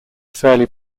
fairly